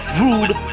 rude